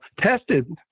Tested